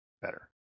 better